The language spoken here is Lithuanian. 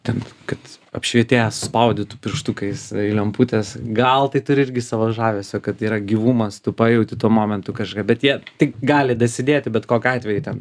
ten kad apšvietėjas spaudytų pirštukais lemputes gal tai turi irgi savo žavesio kad yra gyvumas tu pajauti tuo momentu kažką bet jie tik gali dasidėti bet kokiu atveju ten